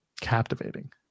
captivating